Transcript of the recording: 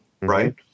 right